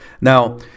Now